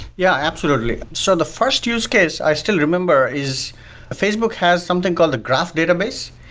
yeah, absolutely. so the first use case i still remember is facebook has something called a graph database,